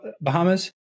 Bahamas